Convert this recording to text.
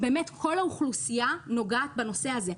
כל האוכלוסייה נוגעת בנושא הזה.